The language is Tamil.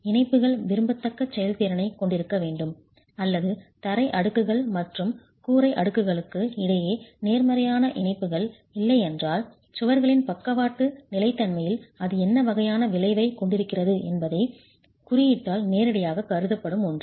இணைப்புகள் விரும்பத்தக்க செயல்திறனைக் கொண்டிருக்க வேண்டும் அல்லது தரை அடுக்குகள் மற்றும் கூரை அடுக்குகளுக்கு இடையே நேர்மறையான இணைப்புகள் இல்லை என்றால் சுவர்களின் பக்கவாட்டு நிலைத்தன்மையில் அது என்ன வகையான விளைவைக் கொண்டிருக்கிறது என்பது குறியீட்டால் நேரடியாகக் கருதப்படும் ஒன்று